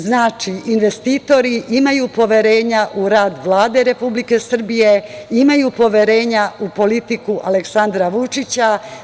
Znači, investitori imaju poverenja u rad Vlade Republike Srbije, imaju poverenja u politiku Aleksandra Vučića.